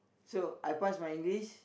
so I passed my English